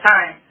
Time